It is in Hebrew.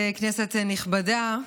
כנסת נכבדה,